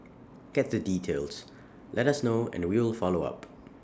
get the details let us know and we will follow up